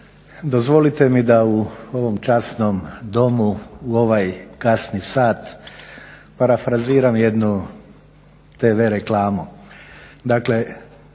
Dozvolite mi da u ovom časnom domu u ovaj kasni sat parafraziram jednu tv reklamu.